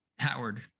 Howard